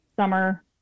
summer